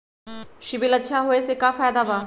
CIBIL अच्छा होऐ से का फायदा बा?